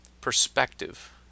perspective